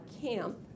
camp